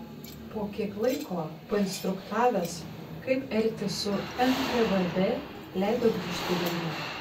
po kiek laiko painstruktavęs kaip elgtis su nkvd leido grįžti į vilnių